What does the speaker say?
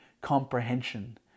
comprehension